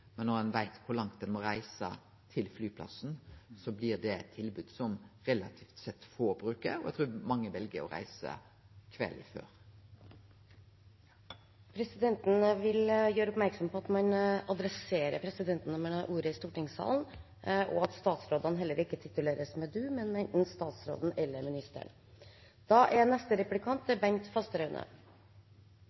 men når ein veit kor langt ein må reise til flyplassen, blir det eit tilbod som relativt sett få bruker, og eg trur mange vel å reise kvelden før. Presidenten vil gjøre oppmerksom på at man adresserer presidenten når man har ordet i stortingssalen, og at statsråden ikke tituleres med «du», men med enten «statsråden» eller «ministeren». Statsråden var inne på dette med smitteveilederen som er